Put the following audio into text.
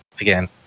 again